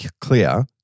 clear